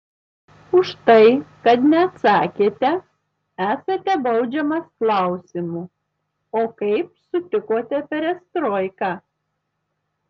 už tai kad neatsakėte esate baudžiamas klausimu o kaip sutikote perestroiką